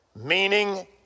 Meaning